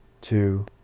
two